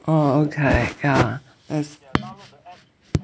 oh okay yeah as